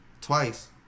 twice